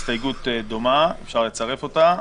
הסתייגות דומה ואפשר לצרף אותה.